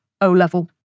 O-level